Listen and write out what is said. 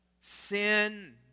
sin